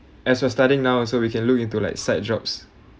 as we're studying now also we can look into like side jobs